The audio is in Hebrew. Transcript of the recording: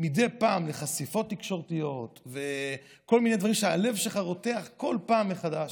מדי פעם לחשיפות תקשורתיות ולכל מיני דברים שהלב שלך רותח בכל פעם מחדש,